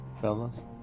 fellas